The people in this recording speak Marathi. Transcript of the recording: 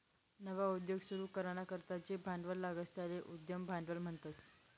नवा उद्योग सुरू कराना करता जे भांडवल लागस त्याले उद्यम भांडवल म्हणतस